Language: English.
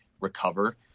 recover